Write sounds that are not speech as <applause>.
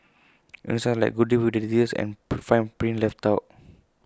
only sounds like good deal with details and <unintelligible> fine print left out